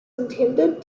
intended